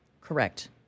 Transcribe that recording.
Correct